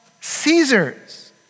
Caesar's